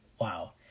wow